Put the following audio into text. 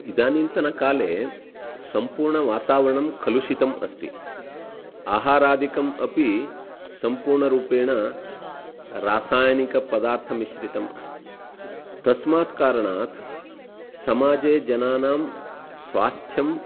इदानीन्तनकाले सम्पूर्णवातावरणं कलुषितम् अस्ति आहारादिकम् अपि संपूर्णरूपेण रासायनिकपदार्थमिश्रितम् अस्ति तस्मात् कारणात् समाजे जनानां स्वास्थ्यं